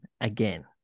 again